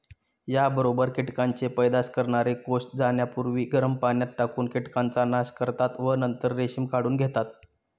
याबरोबर कीटकांचे पैदास करणारे कोष जाण्यापूर्वी गरम पाण्यात टाकून कीटकांचा नाश करतात व नंतर रेशीम काढून घेतात